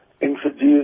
introduced